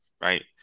right